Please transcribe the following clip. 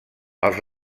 els